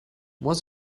was